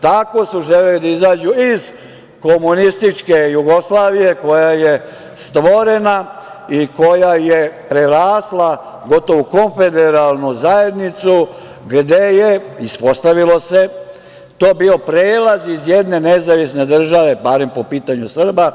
Tako su želeli da izađu iz komunističke Jugoslavije, koja je stvorena i koja je prerasla gotovo u konfederalnu zajednicu gde je, ispostavilo se, to bio prelaz iz jedne nezavisne države Hrvatske, barem po pitanju Srba,